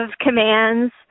commands